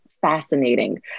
fascinating